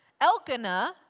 Elkanah